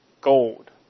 gold